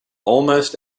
almost